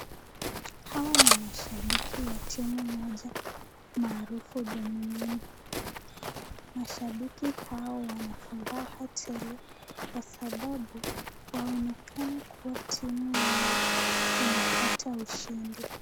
Hawa ni mashabiki wa timu moja maarifu duniani. Mashabiki hawa wana furaha tele kwa sababu waonekana kuwa timu yao imepata ushindi.